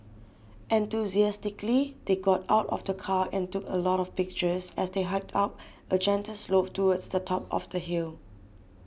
enthusiastically they got out of the car and took a lot of pictures as they hiked up a gentle slope towards the top of the hill